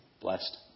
blessed